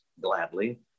gladly